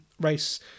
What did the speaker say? race